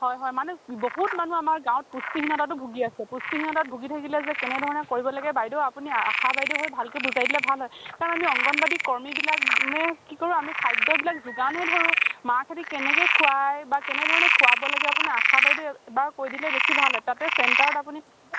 হয় হয় মানে বহুত মানুহ আমাৰ গাঁৱত পুষ্টিহীনতাতো ভোগী আছে পুষ্টিহীনতাত ভোগী থাকিলে যে কেনেধৰণে যে কৰিব লাগে বাইদেউ আপুনি আশা বাইদেউ হৈ ভালকৈ বুজাই দিলে ভাল হয় কাৰণ আমি অংগনবাদী কৰ্মীবিলাকে কি কৰোঁ আমি খাদ্যবিলাক যোগানহে ধৰোঁ মাকহঁতে কেনেকৈ খোৱাই বা কেনেধৰণে খোৱাব লাগে আপুনি আশা বাইদেউৱে এবাৰ কৈ দিলে বেছি ভাল হয় তাতে চেণ্টাৰত আপুনি